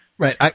Right